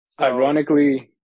Ironically